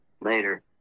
Later